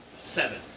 Seven